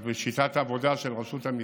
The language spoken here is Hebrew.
בשיטת העבודה של רשות המיסים,